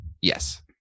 Yes